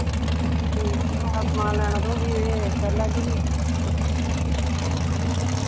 समान लैना तो फ्ही एह् कर लैगे फ्ही